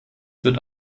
wird